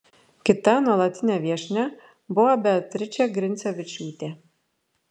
kita nuolatinė viešnia buvo beatričė grincevičiūtė